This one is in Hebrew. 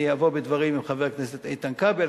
אני אבוא בדברים עם חבר הכנסת איתן כבל,